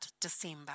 December